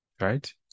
right